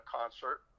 concert